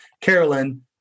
carolyn